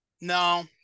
No